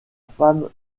femme